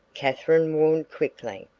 katherine warned quickly.